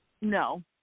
No